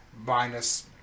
Minus